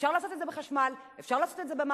אפשר לעשות את זה בחשמל, אפשר לעשות את זה במים.